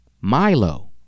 Milo